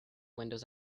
windows